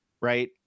right